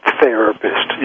therapist